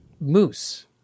moose